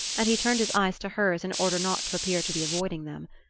and he turned his eyes to hers in order not to appear to be avoiding them.